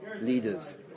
leaders